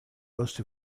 most